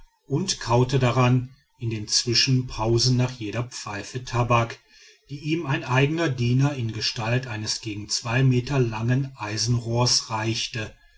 und kaute daran in den zwischenpausen nach jeder pfeife tabak die ihm ein eigener diener in gestalt eines gegen zwei meter langen eisenrohrs reichte